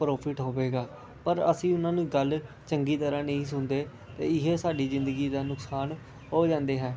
profit ਹੋਵੇਗਾ ਪਰ ਅਸੀਂ ਉਹਨਾਂ ਨੂੰ ਗੱਲ ਚੰਗੀ ਤਰ੍ਹਾਂ ਨਹੀਂ ਸੁਣਦੇ ਅਤੇ ਇਹ ਸਾਡੀ ਜ਼ਿੰਦਗੀ ਦਾ ਨੁਕਸਾਨ ਹੋ ਜਾਂਦੇ ਹੈ